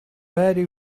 very